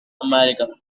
america